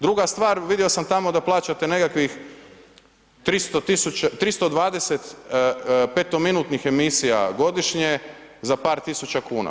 Druga stvar, vidio sam tamo da plaćate nekakvih 320 petominutnih emisija godišnje za par tisuća kuna.